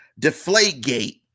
Deflategate